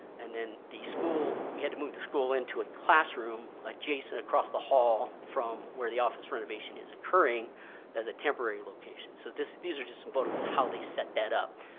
and then the school, we had to move the school into a classroom adjacent across the hall from where the office renovation is occurring as a temporary location. so these are just some photos of how they set that up.